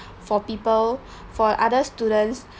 for people for other students